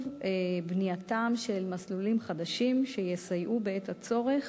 בנייתם של מסלולים חדשים שיסייעו בעת הצורך